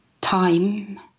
time